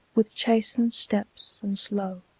with chastened steps and slow,